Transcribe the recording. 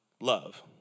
love